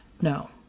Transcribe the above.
No